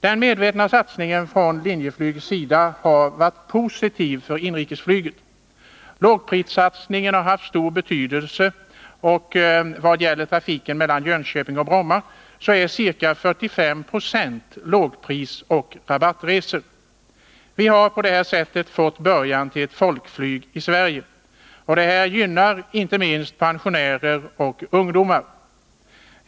Den medvetna satsningen från Linjeflygs sida har varit positiv för inrikesflyget. Lågprissatsningen har haft stor betydelse, och trafiken mellan Jönköping och Bromma gäller till ca 45 96 lågprisoch rabattresor. Vi har på det här sättet fått början till ett folkflyg i Sverige. Detta gynnar inte minst pensionärerna och ungdomarna.